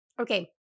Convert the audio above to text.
okay